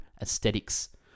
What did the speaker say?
aesthetics